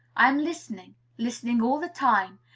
i am listening, listening all the time,